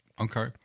Okay